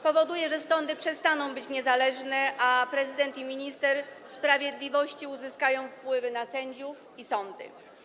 Powoduje, że sądy przestaną być niezależne, a prezydent i minister sprawiedliwości uzyskają wpływy na sędziów i sądy.